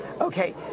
Okay